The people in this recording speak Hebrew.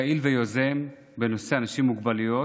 פעיל ויוזם בנושא אנשים עם מוגבלויות,